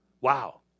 wow